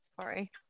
sorry